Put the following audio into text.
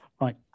Right